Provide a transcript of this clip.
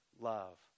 love